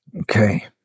Okay